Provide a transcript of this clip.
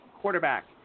quarterback